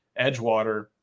Edgewater